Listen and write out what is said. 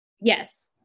Yes